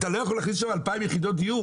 אתה לא יכול להכניס שם 2,000 יחידות דיור?